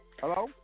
Hello